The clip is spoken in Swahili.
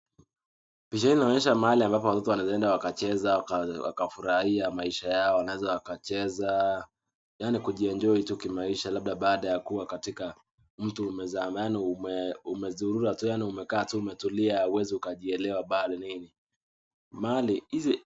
Picha hii inaonyesha mahali ambapo mtu anaweza wakacheza, wakafurahia maisha yao wanaweza, wakacheza, yani kujienjoy tu kimaisha labda, baada ya kuwa katika mtu umezurura tu yani umekaa tu umetulia, uwezi ukajielewa bado nini...